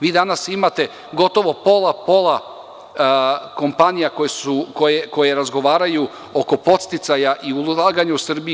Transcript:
Vi danas imate gotovo pola, pola kompanija koje razgovaraju oko podsticaja i ulaganja u Srbiju.